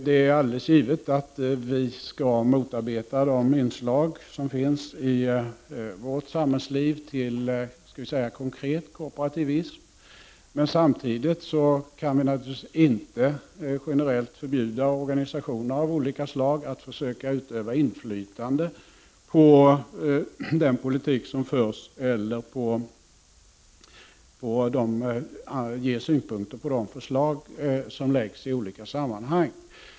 Det är alldeles givet att vi skall motarbeta de inslag som finns i vårt samhällsliv till konkret korporativism, men samtidigt kan vi naturligtvis inte generellt förbjuda organisationer av olika slag att försöka utöva inflytande över den politik som förs eller ge synpunkter på de förslag som läggs fram i olika sammanhang.